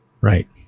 Right